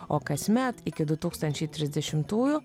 o kasmet iki du tūkstančiai trisdešimtųjų